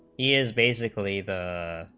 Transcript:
is basically the